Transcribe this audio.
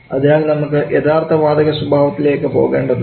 അതിനാൽ നമുക്ക് യഥാർത്ഥ വാതക സ്വഭാവത്തിലേക്ക് പോകേണ്ടതുണ്ട്